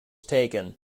taken